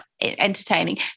entertaining